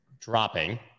dropping